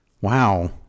Wow